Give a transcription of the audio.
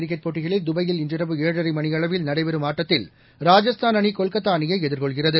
cricket போட்டிகளில் துபாயில் இன்றிரவு ஏழரை மணியளவில் நடைபெறும் ஆட்டத்தில் ராஜஸ்தான் அணி கொல்கத்தா அணியை எதிர்கொள்கிறது